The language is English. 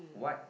what